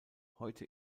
heute